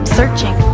searching